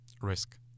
Risk